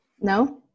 No